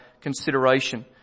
consideration